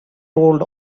told